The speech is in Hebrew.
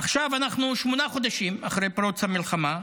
עכשיו אנחנו שמונה חודשים אחרי פרוץ המלחמה.